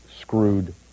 screwed